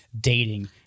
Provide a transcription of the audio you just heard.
dating